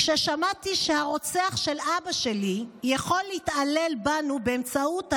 כששמעתי שהרוצח של אבא שלי יכול להתעלל בנו באמצעות הירושה,